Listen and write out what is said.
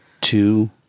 Two